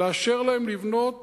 לאשר להם לבנות